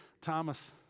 Thomas